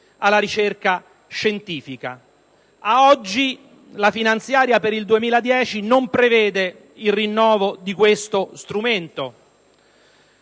alla ricerca scientifica. Ad oggi, la finanziaria per il 2010 non prevede il rinnovo di questo strumento.